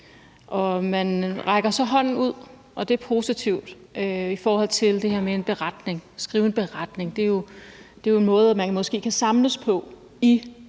Man rækker så hånden ud – og det er positivt – i forhold til det her med at skrive en beretning. Det er jo en måde, man kan samles på i